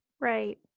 Right